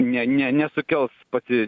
ne ne nesukels pati